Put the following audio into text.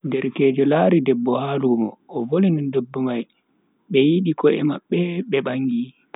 Derkejo lari debbo ha lumo, o volini debbo mai be yidi ko'e mabbe be bangi.